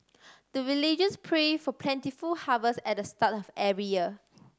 the villagers pray for plentiful harvest at the start of every year